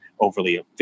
overly